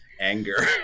anger